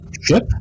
ship